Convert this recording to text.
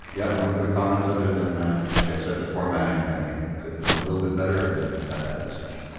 yeah, no further comments other than like i said, the formating, i think, could have been a little bit better and we've had that discussion.